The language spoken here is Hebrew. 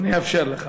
אני אאפשר לך.